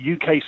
UK